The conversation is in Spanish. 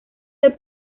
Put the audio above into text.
del